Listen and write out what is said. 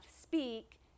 speak